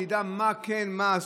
שידע מה עשו,